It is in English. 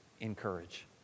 encourage